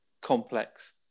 complex